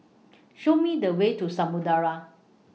Show Me The Way to Samudera